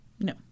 No